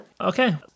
Okay